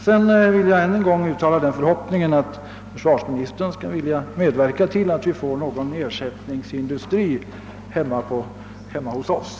Jag uttalar ännu en gång förhoppningen att försvarsministern vill medverka till att vi får en ersättningsindustri hemma hos oss.